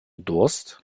durst